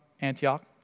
Antioch